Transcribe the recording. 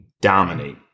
dominate